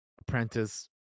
apprentice